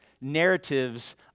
narratives